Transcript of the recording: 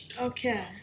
Okay